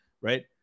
right